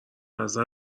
ازت